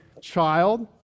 child